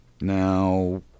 Now